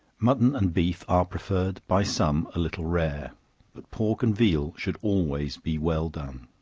mutton and beef are preferred, by some, a little rare but pork and veal should always be well done.